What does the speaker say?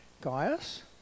Gaius